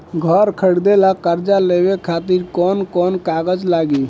घर खरीदे ला कर्जा लेवे खातिर कौन कौन कागज लागी?